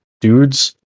dudes